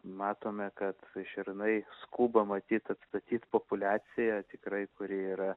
matome kad šernai skuba matyt atstatyt populiaciją tikrai kuri yra